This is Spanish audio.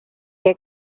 qué